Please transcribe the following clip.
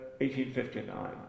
1859